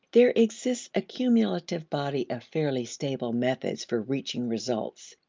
there exists a cumulative body of fairly stable methods for reaching results,